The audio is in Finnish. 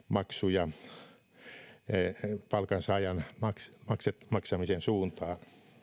ja työttömyysvakuutusmaksuja palkansaajan maksamisen suuntaan eli puhutaan nyt mieluummin sitten verotuksesta sellaisenaan moni ajattelee